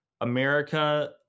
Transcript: America